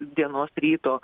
dienos ryto